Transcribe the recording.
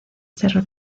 cerro